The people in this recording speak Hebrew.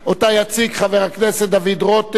חבר הכנסת דוד רותם,